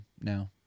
now